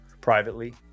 privately